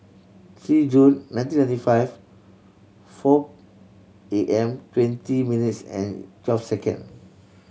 three June nineteen ninety five four A M twenty minutes and twelve second